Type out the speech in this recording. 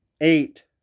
Eight